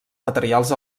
materials